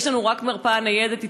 יש לנו רק מרפאה ניידת בתל-אביב,